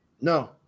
No